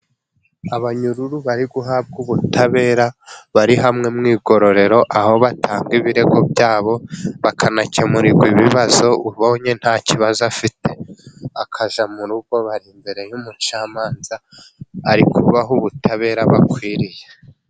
Abanyururu bari guhabwa ubutabera. Bari hamwe mu igororero, aho batanga ibirego byabo. Bakanakemurirwa ibibazo. Ubonye nta kibazo afite ,akayja mu rugo. Bari imbere y'umucamanza ,arikubaho ubutabera bakwiriye.